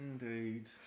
indeed